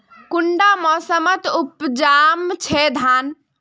कुंडा मोसमोत उपजाम छै धान?